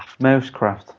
Mousecraft